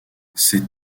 ces